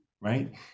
right